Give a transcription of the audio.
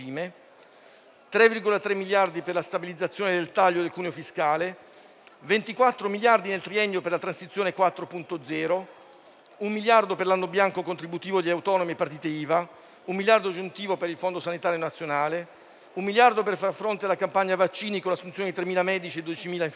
3,3 miliardi per la stabilizzazione del taglio del cuneo fiscale; 24 miliardi nel triennio per il Piano nazionale transizione 4.0; un miliardo per l'anno bianco contributivo di autonomi e partite IVA; un miliardo aggiuntivo per il Fondo sanitario nazionale, un miliardo per far fronte la campagna vaccinale con l'assunzione di 3.000 medici e di 12.000 infermieri;